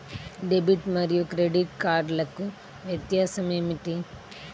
Debit మరియు credit కార్డ్లకు వ్యత్యాసమేమిటీ?